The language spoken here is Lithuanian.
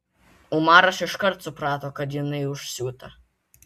umaras iškart suprato kad jinai užsiūta